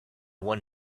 one